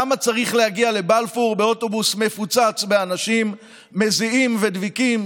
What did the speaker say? למה צריך להגיע לבלפור באוטובוס מפוצץ באנשים מזיעים ודביקים,